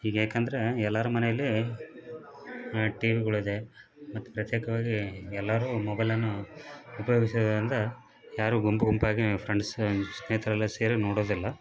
ಈಗ್ ಯಾಕಂದರೆ ಎಲ್ಲಾರ ಮನೇಲಿ ಟಿ ವಿಗಳ್ ಇದೆ ಮತ್ತು ಪ್ರತ್ಯೇಕವಾಗಿ ಎಲ್ಲರೂ ಮೊಬೈಲನ್ನು ಉಪಯೋಗಿಸುವುದರಿಂದ ಯಾರು ಗುಂಪು ಗುಂಪಾಗಿ ಫ್ರೆಂಡ್ಸ್ ಸ್ನೇಹಿತರೆಲ್ಲ ಸೇರಿ ನೋಡೋದಿಲ್ಲ